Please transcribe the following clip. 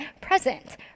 present